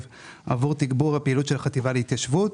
עבור תגבור הפעילות של החטיבה להתיישבות,